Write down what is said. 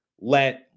let